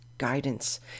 guidance